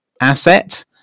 asset